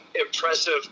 impressive